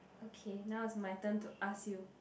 okay now is my turn to ask you